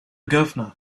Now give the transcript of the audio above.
governor